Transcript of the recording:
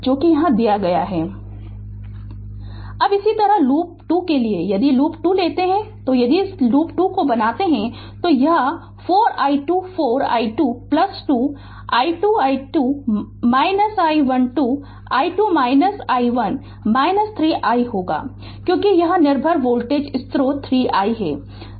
Refer Slide Time 1611 अब इसी तरह लूप 2 के लिए यदि लूप 2 लेते हैं तो यदि इसे लूप 2 बनाते हैं तो यह 4 i2 4 i2 2 i2 i2 i1 2 i2 i1 3 i 0 होगा क्योंकि यह निर्भर वोल्टेज स्रोत 3 i है